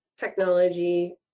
technology